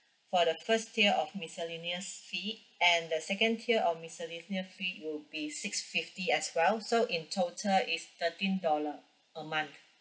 for the first tier of miscellaneous fee and the second tier of miscellaneous fee will be six fifty as well so in total it's thirteen dollar a month